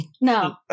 No